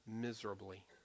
miserably